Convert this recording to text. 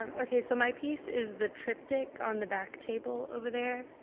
um okay, so my piece is the triptych on the back table over there.